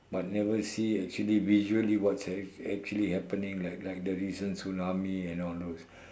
but never see actually visually what's actually happening like like the recent tsunami and all those